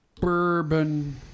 Bourbon